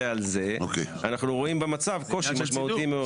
על זה אנחנו רואים במצב קושי משמעותי מאוד.